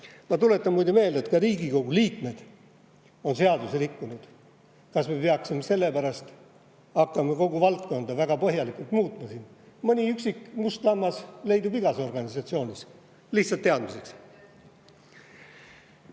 Ma tuletan muide meelde, et ka Riigikogu liikmed on seadusi rikkunud. Kas me peaksime selle pärast hakkama kogu valdkonda väga põhjalikult muutma? Mõni üksik must lammas leidub igas organisatsioonis. Lihtsalt teadmiseks.